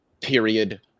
period